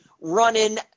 running –